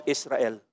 Israel